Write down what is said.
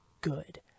good